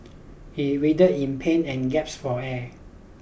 he writhed in pain and gaps for air